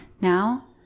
Now